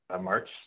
March